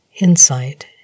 insight